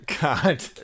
God